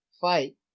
fight